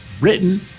Written